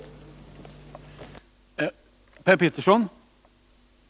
Torsdagen den